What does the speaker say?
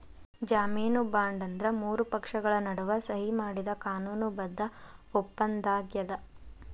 ಜಾಮೇನು ಬಾಂಡ್ ಅಂದ್ರ ಮೂರು ಪಕ್ಷಗಳ ನಡುವ ಸಹಿ ಮಾಡಿದ ಕಾನೂನು ಬದ್ಧ ಒಪ್ಪಂದಾಗ್ಯದ